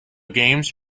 games